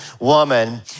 woman